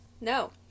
No